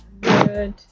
good